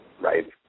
Right